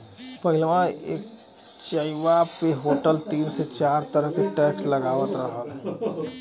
पहिलवा एक चाय्वो पे होटल तीन से चार तरह के टैक्स लगात रहल